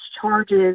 charges